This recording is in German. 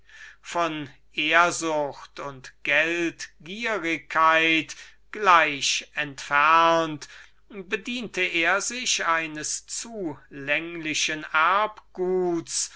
von ambition und geldgierigkeit gleich entfernt bediente er sich eines zulänglichen erbguts